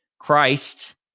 Christ